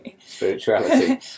spirituality